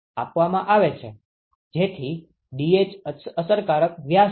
જેથી Dh અસરકારક વ્યાસ છે